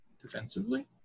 Defensively